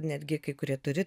netgi kurie turi